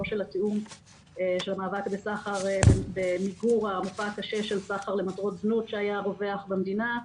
התופעה של סחר למטרות זנות שהיה רווח במדינה,